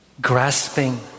grasping